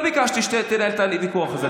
אני לא ביקשתי שתנהל את הוויכוח הזה.